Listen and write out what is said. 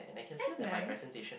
that's nice